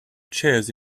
chairs